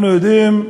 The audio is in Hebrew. אנחנו יודעים,